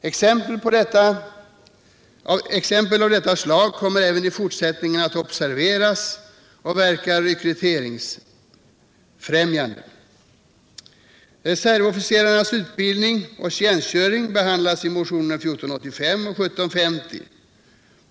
Exempel av detta slag kommer även i fortsättningen att observeras och verka rekryteringsfrämjande. Reservofficerarnas utbildning och tjänstgöring behandlas i motionerna 1485 och 1750.